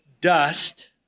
dust